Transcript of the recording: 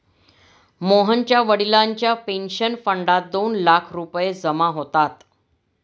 मोहनच्या वडिलांच्या पेन्शन फंडात दोन लाख रुपये जमा होतात